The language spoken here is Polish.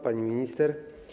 Pani Minister!